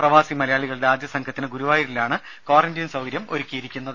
പ്രവാസി മലയാളികളുടെ ആദ്യസംഘത്തിന് ഗുരുവായൂരിലാണ് ക്വാറന്റീൻ സൌകര്യം ഒരുക്കിയിരിക്കുന്നത്